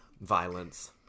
Violence